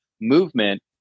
movement